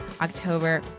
October